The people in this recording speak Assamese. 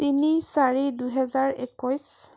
তিনি চাৰি দুহেজাৰ একৈছ